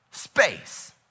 Space